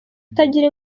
utagira